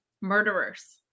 murderers